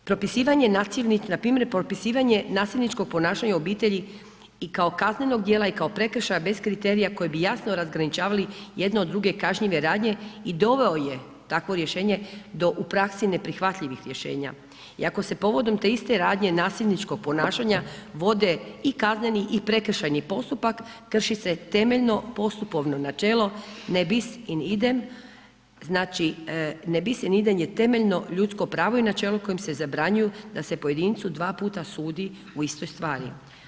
Propisivanje nasilnik, npr. propisivanje nasilničkog ponašanja u obitelji i kao kaznenog dijela i kao prekršaja bez kriterija koje bi jasno razgraničavali jedno od druge kažnjive radnje i doveo je takvo rješenje do u praksi neprihvatljivih rješenja i ako se povodom te iste radnje nasilničkog ponašanja vode i kazneni i prekršajni postupak krši se temeljno postupovno načelo ne bis in idem, znači ne bis in idem je temeljno ljudsko pravo i načelo kojim se zabranjuju da se pojedincu dva puta sudi u istoj stvari.